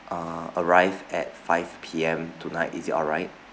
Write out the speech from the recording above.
err arrive at five P_M tonight is it alright